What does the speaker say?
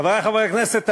חברי חברי הכנסת,